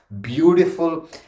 beautiful